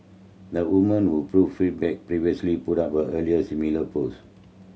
the woman who prove feedback previously put up an earlier similar post